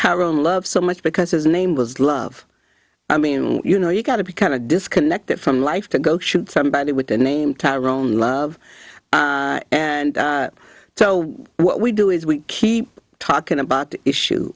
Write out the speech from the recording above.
tyrone love so much because his name was love i mean we you know you got to be kind of disconnect that from life to go shoot somebody with a name tyrone love and so what we do is we keep talking about the issue